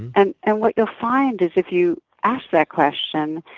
and and what you'll find is, if you ask that question,